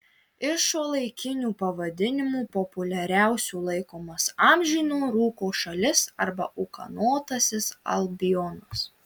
iš šiuolaikinių pavadinimų populiariausiu laikomas amžino rūko šalis arba ūkanotasis albionas